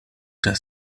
das